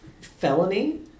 Felony